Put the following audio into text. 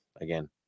again